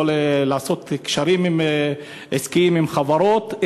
לא לעשות קשרים עסקיים עם חברות,